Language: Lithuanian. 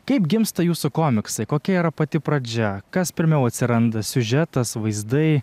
kaip gimsta jūsų komiksai kokia yra pati pradžia kas pirmiau atsiranda siužetas vaizdai